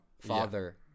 Father